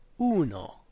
uno